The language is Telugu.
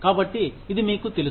కాబట్టి ఇది మీకు తెలుసు